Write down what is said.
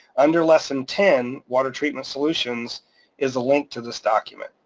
under lesson ten, water treatment solutions is the link to this document,